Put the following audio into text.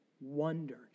wondered